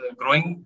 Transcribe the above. growing